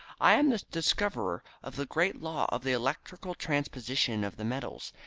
i am the discoverer of the great law of the electrical transposition of the metals,